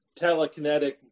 telekinetic